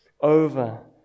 over